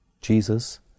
Jesus